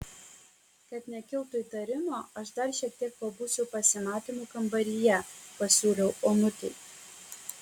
kad nekiltų įtarimo aš dar šiek tiek pabūsiu pasimatymų kambaryje pasiūliau onutei